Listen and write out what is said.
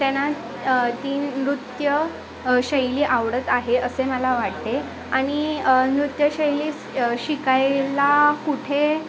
त्यांना ती नृत्यशैली आवडत आहे असे मला वाटते आणि नृत्यशैली शिकायला कुठे